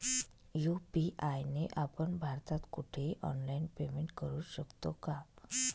UPI ने आपण भारतात कुठेही ऑनलाईन पेमेंट करु शकतो का?